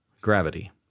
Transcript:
Gravity